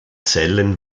zellen